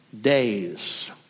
days